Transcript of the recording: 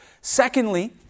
Secondly